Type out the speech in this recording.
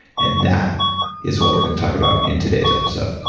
and that is what we're going to talk about in today's episode.